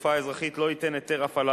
התעופה האזרחית לא ייתן היתר הפעלה